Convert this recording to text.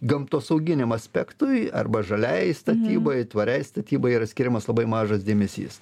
gamtosauginiam aspektui arba žaliajai statybai tvariai statybai yra skiriamas labai mažas dėmesys